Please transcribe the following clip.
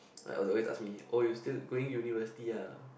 like all the ways ask me oh you still going university ah